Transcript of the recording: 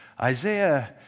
Isaiah